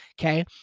Okay